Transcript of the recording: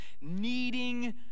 needing